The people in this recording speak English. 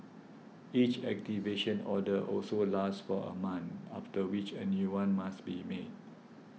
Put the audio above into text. each activation order also lasts for a month after which a new one must be made